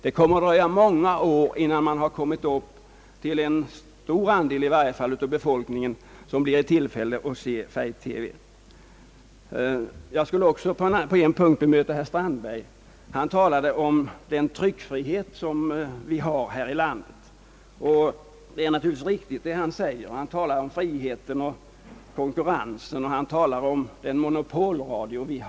Det kommer att dröja många år innan någon större andel av den svenska befolkningen blir i tillfälle att se färg-TV. Jag skulle också kunna bemöta herr Strandberg, som talade om vår tryckfrihet. Det är väl knappast riktigt vad han säger när han talar om friheten, konkurrensen och monopolradion.